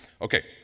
Okay